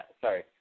sorry